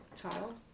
Child